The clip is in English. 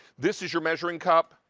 this is your measuring cup,